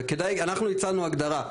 ואנחנו הצענו הגדרה.